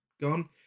Gone